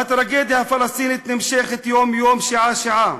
הטרגדיה הפלסטינית נמשכת יום-יום, שעה-שעה,